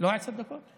לא עשר דקות?